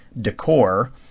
decor